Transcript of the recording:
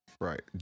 right